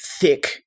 thick